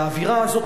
והאווירה הזאת,